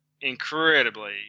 incredibly